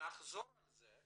נחזור על זה,